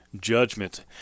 judgment